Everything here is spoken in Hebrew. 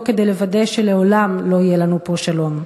כדי לוודא שלעולם לא יהיה לנו פה שלום.